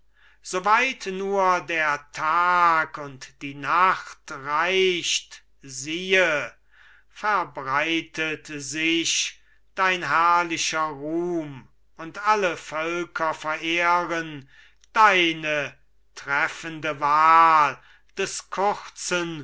weit nur der tag und die nacht reicht siehe verbreitet sich dein herrlicher ruhm und alle völker verehren deine treffende wahl des